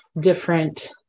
different